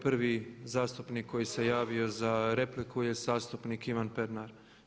Prvi zastupnik koji se javio za repliku je zastupnik Ivan Pernar.